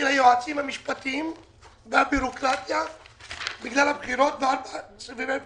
היועצים המשפטיים והבירוקרטיה בגלל הבחירות וסבבי הבחירות.